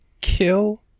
kill